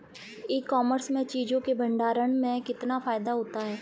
ई commerce में चीज़ों के भंडारण में कितना फायदा होता है?